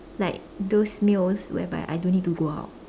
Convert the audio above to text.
like those meals whereby I don't need to go out